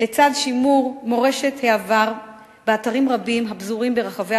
לצד שימור מורשת העבר באתרים רבים הפזורים ברחבי